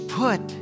put